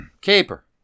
Caper